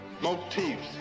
motifs